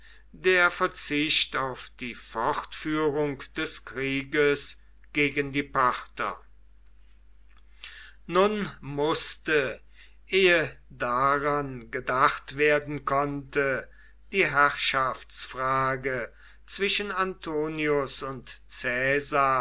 der verzicht auf die fortführung des krieges gegen die parther nun mußte ehe daran gedacht werden konnte die herrschaftsfrage zwischen antonius und